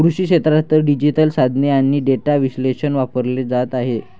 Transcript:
कृषी क्षेत्रात डिजिटल साधने आणि डेटा विश्लेषण वापरले जात आहे